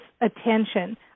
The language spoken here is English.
attention